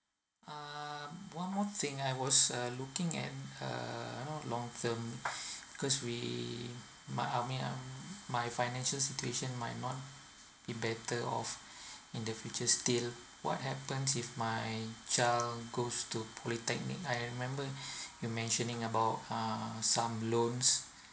uh one more thing I was uh looking at err you know long term because we my I mean um my financial situation might not be better off in the future still what happens if my child goes to polytechnic I remember you mentioning about uh some loans